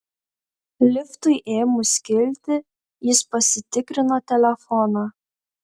liftui ėmus kilti jis pasitikrino telefoną